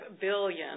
billion